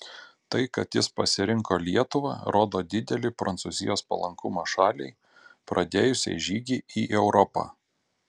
tai kad jis pasirinko lietuvą rodo didelį prancūzijos palankumą šaliai pradėjusiai žygį į europą